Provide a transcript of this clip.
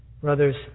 Brothers